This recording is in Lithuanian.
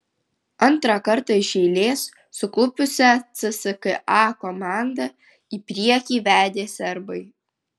antrą kartą iš eilės suklupusią cska komandą į priekį vedė serbai